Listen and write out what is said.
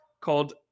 called